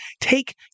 take